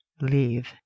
leave